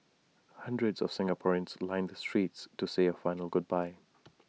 hundreds of Singaporeans lined the streets to say A final goodbye